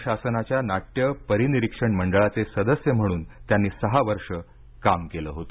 राज्य शासनाच्या नाट्य परिनिरीक्षण मंडळाचे सदस्य म्हणून त्यांनी सहा वर्षं काम केलं होतं